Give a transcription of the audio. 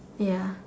ya